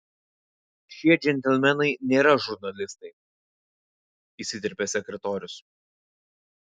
šie džentelmenai nėra žurnalistai įsiterpė sekretorius